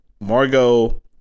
Margot